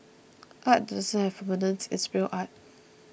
art that doesn't have permanence is real art